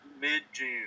mid-June